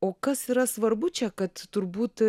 o kas yra svarbu čia kad turbūt